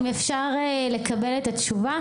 האם אפשר לקבל תשובה?